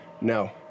No